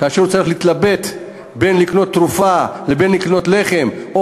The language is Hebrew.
כאשר הוא צריך להתלבט בין לקנות תרופה לבין לקנות לחם או